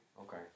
Okay